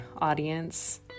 audience